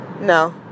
No